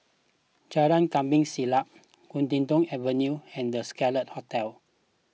Jalan Kampong Siglap Huddington Avenue and the Scarlet Hotel